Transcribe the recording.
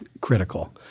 critical